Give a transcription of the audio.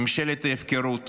ממשלת ההפקרות